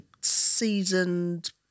seasoned